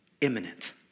Imminent